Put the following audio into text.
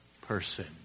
person